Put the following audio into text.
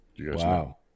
Wow